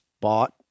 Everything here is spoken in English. bought